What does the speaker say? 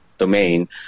domain